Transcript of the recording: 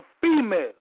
female